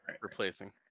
Replacing